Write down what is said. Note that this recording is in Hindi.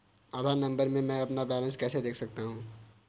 आधार नंबर से मैं अपना बैलेंस कैसे देख सकता हूँ?